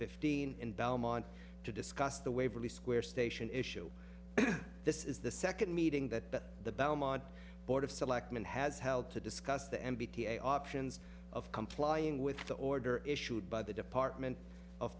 fifteen in belmont to discuss the waverly square station issue this is the second meeting that the belmont board of selectmen has held to discuss the m b t options of complying with the order issued by the department of